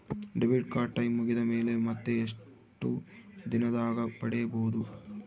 Debit card time ಮುಗಿದ ಮೇಲೆ ಮತ್ತೆ ಎಷ್ಟು ದಿನದಾಗ ಪಡೇಬೋದು?